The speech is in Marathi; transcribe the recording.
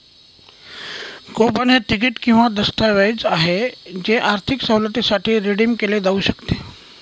कूपन हे तिकीट किंवा दस्तऐवज आहे जे आर्थिक सवलतीसाठी रिडीम केले जाऊ शकते